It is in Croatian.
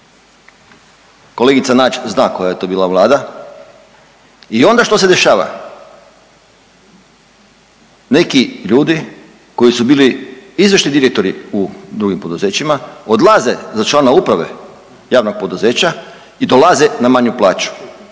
Kolegica Nađ zna koja je to bila vlada. I onda što se dešava neki ljudi koji su bili izvršni direktori u drugim poduzećima odlaze za člana uprave javnog poduzeća i dolaze na manju plaću.